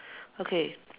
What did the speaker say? okay